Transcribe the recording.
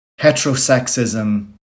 heterosexism